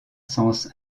sens